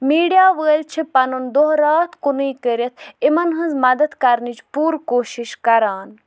media وٲلۍ چھِ پَنُن دۄہ راتھ کُنٕے کٔرِتھ یِمن ہِنٛز مَدد کرنٕچ پوٗرٕ کوٗشِش کران